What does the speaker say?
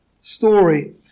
story